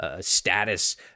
status